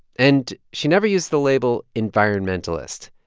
and she never used the label environmentalist,